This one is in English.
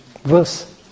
verse